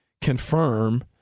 confirm